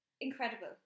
incredible